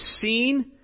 seen